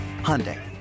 Hyundai